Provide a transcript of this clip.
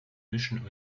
mischen